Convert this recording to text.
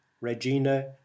Regina